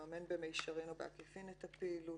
מממן במישרין או בעקיפין את הפעילות.